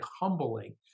humbling